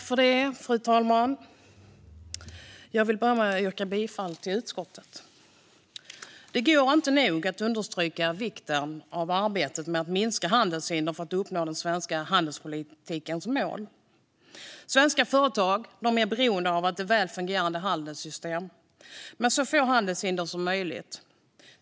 Fru talman! Jag vill börja med att yrka bifall till utskottets förslag till beslut. Det går inte att nog understryka vikten av arbetet med att minska handelshinder för att uppnå den svenska handelspolitikens mål. Svenska företag är beroende av ett väl fungerande handelssystem med så få handelshinder som möjligt.